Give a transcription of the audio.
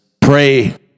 Pray